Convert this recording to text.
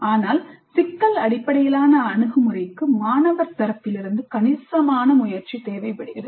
ஆனால் சிக்கல் அடிப்படையிலான அணுகுமுறைக்கு மாணவர் தரப்பிலிருந்து கணிசமான முயற்சி தேவைப்படுகிறது